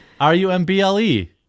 R-U-M-B-L-E